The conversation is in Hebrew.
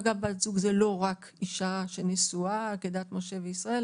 ואגב בת זוג זו לא רק אישה שנשואה כדת משה וישראל,